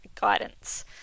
guidance